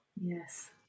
Yes